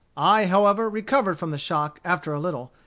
i however recovered from the shock after a little,